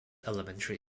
elementary